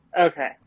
Okay